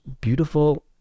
beautiful